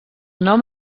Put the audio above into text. nom